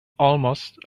almost